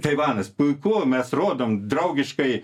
taivanas puiku mes rodom draugiškai